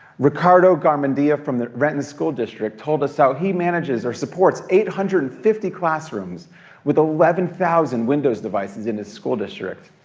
ricardo garmendia garmendia from the renton school district told us how he manages or supports eight hundred and fifty classrooms with eleven thousand windows devices in his school district.